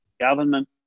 government